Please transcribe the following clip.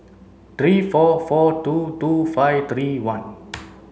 three four four two two five three one